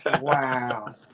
Wow